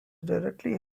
directly